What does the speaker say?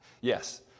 Yes